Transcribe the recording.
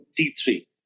T3